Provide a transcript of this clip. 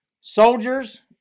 soldiers